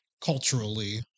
culturally